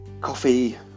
coffee